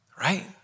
Right